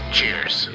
Cheers